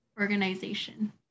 organization